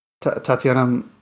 Tatiana